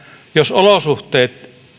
jos olosuhteet